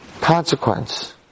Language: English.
consequence